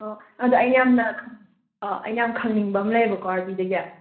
ꯑꯣ ꯑꯗ ꯑꯩꯅ ꯌꯥꯝꯅ ꯈꯪꯅꯤꯡ ꯑ ꯑꯩꯅ ꯌꯥꯝꯅ ꯈꯪꯅꯤꯡꯕ ꯑꯃ ꯂꯩꯌꯦꯕꯀꯣ ꯑꯥꯔꯕꯤꯗꯒꯤ